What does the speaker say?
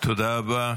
תודה רבה.